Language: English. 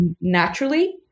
naturally